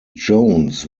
jones